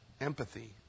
Empathy